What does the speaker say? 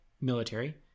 military